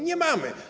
Nie mamy.